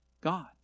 God